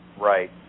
Right